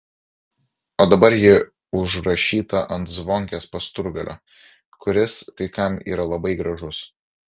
o dabar ji užrašyta ant zvonkės pasturgalio kuris kai kam yra labai gražus